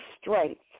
strength